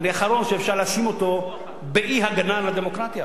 אני האחרון שאפשר להאשים אותו באי-הגנה על הדמוקרטיה,